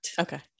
Okay